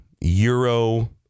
euro